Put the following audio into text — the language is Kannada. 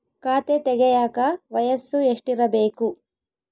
ಖಾತೆ ತೆಗೆಯಕ ವಯಸ್ಸು ಎಷ್ಟಿರಬೇಕು?